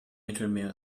mittelmeer